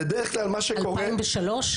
ב-2003?